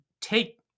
take